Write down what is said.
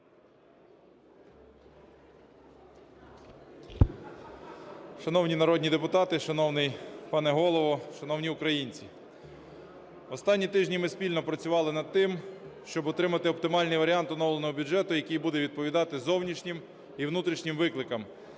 Шановні народні депутати, шановний пане Голово, шановні українці! Останні тижні ми спільно працювали над тим, щоб отримати оптимальний варіант оновленого бюджету, який буде відповідати зовнішнім і внутрішнім викликам.